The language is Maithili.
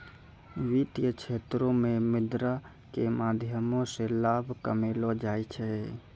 वित्तीय क्षेत्रो मे मुद्रा के माध्यमो से लाभ कमैलो जाय छै